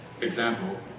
example